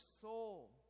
soul